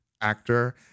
actor